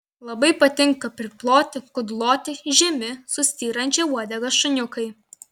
labai patinka priploti kudloti žemi su styrančia uodega šuniukai